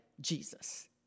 Jesus